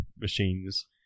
machines